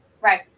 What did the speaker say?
Right